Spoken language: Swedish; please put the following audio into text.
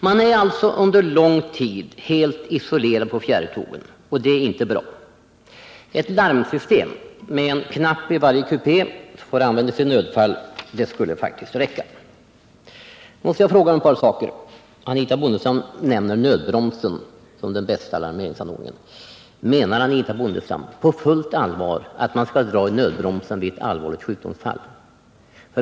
Man är alltså under lång tid helt isolerad på fjärrtågen, och det är inte bra. Ett larmsystem med en knapp i varje kupé att användas i nödfall skulle faktiskt räcka. Jag måste fråga ett par saker till. Anitha Bondestam nämner nödbromsen som den bästa alarmeringsanordningen. Menar Anitha Bondestam på fullt allvar att man skall dra i nödbromsen vid ett allvarligt sjukdomsfall?